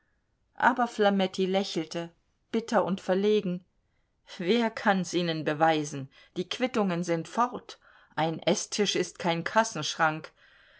aber flametti lächelte bitter und verlegen wer kann's ihnen beweisen die quittungen sind fort ein eßtisch ist kein kassenschrank